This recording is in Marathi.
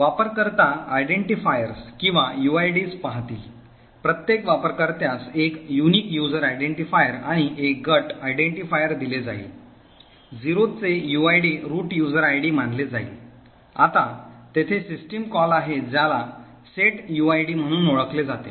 वापरकर्ता identifiers किंवा uids पाहतील प्रत्येक वापरकर्त्यास एक unique user identifier आणि एक गट identifier दिले जाईल 0 चे uid रूट यूजर आयडी मानले जाईल आता तेथे सिस्टम कॉल आहे ज्याला setuid म्हणून ओळखले जाते